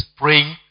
praying